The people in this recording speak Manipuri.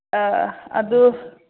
ꯑꯗꯨ